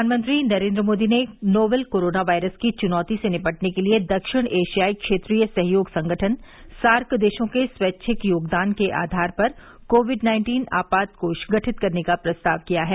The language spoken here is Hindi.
प्रधानमंत्री नरेंद्र मोदी ने नोवल कोरोना वायरस की चुनौती से निपटने के लिए दक्षिण एशियाई क्षेत्रीय सहयोग संगठन सार्क देशों के स्वैच्छिक योगदान के आधार पर कोविड नाइन्टीन आपात कोष गठित करने का प्रस्ताव किया है